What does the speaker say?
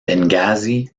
benghazi